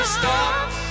Stop